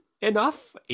enough